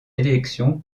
élection